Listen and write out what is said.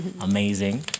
amazing